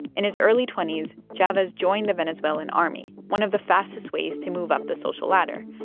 in his early twenty s, chavez joined the venezuelan army, one of the fastest ways to move up the social ladder.